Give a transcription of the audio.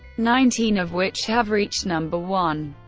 nineteen of which have reached number one.